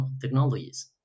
technologies